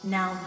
Now